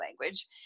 language